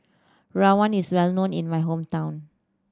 rawon is well known in my hometown